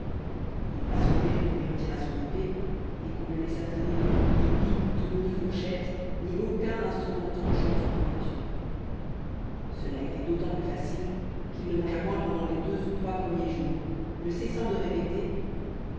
il va sans dire qu'on lui retira son épée et qu'on ne laissa traîner devant lui ni couteau ni fourchette ni aucun instrument tranchant ou pointu cela était d'autant plus facile qu'il ne mangea point pendant les deux ou trois premiers jours ne cessant de répéter